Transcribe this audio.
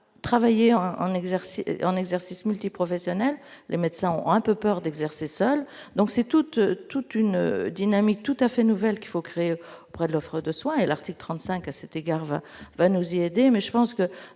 exercice en exercice multiprofessionnelle, les médecins ont un peu peur, d'exercer seul donc c'est toute toute une dynamique tout à fait nouvelle qu'il faut créer près de l'offre de soins et l'article 35 à cet égard, va, va nous aider, mais je pense que